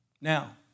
Now